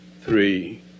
three